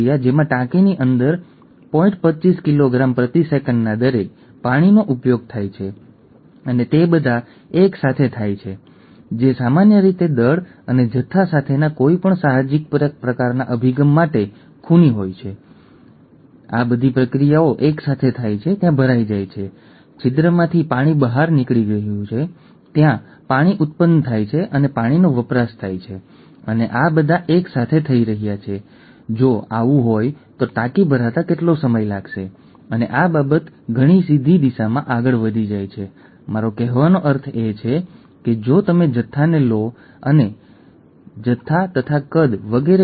જો હિમોગ્લોબિન સામાન્ય હોય તો લાલ રક્તકણો સુંદર રીતે ડિસ્ક આકારનો દેખાશે અને જો તે થાય છે જો તે સિકલ સેલ એનિમિયાથી રોગગ્રસ્ત થાય છે તો લાલ રક્તકણો દાતરડાના આકારનો સિકલ આકારનો આકાર ધારણ કરે છે